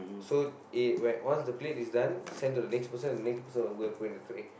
so eh when once the plate is done send to the next person the next person will go and put in the tray